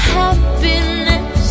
happiness